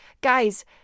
Guys